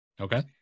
okay